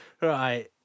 Right